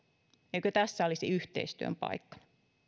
eikö tässä olisi yhteistyön paikka